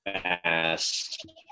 Fast